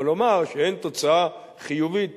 אבל לומר שאין תוצאה חיובית